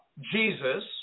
Jesus